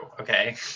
Okay